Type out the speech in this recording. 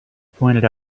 pointed